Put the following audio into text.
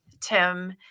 Tim